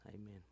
amen